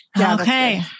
Okay